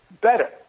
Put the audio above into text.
better